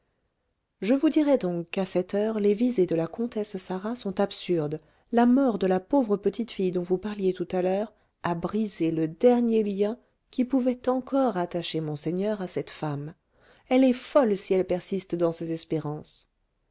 je vous dirais donc qu'à cette heure les visées de la comtesse sarah sont absurdes la mort de la pauvre petite fille dont vous parliez tout à l'heure a brisé le dernier lien qui pouvait encore attacher monseigneur à cette femme elle est folle si elle persiste dans ses espérances